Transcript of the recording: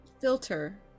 filter